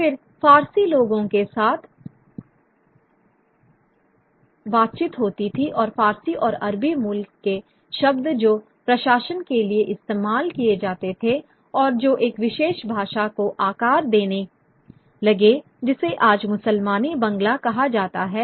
फिर फ़ारसी लोगों के साथ बातचीत होती थी और फ़ारसी और अरबी मूल के शब्द जो प्रशासन के लिए इस्तेमाल किए जाते थे और जो एक विशेष भाषा को आकार देने लगे जिसे आज मुसल्मानी बांग्ला कहा जाता है